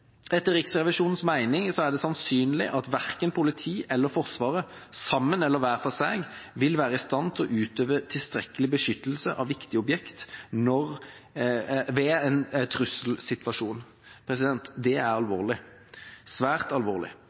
Etter Riksrevisjonens mening er det sannsynlig at verken politiet eller Forsvaret, sammen eller hver for seg, vil være i stand til å utøve tilstrekkelig beskyttelse av viktige objekter ved en trusselsituasjon. Det er alvorlig, svært alvorlig.